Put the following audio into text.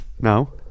No